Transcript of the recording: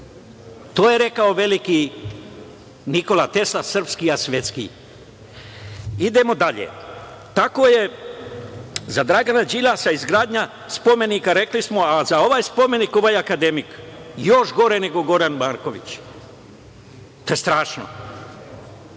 To je rekao veliki Nikola Tesla, srpski, a svetski. Idemo dalje. Tako je za Dragana Đilasa izgradnja spomenika, rekli smo, a za ovaj spomenik ovaj akademik još gore nego Goran Marković, to je strašno.